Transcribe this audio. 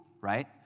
right